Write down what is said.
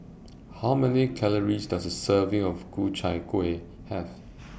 How Many Calories Does A Serving of Ku Chai Kueh Have